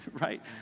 Right